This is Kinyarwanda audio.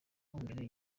imbere